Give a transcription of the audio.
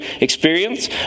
experience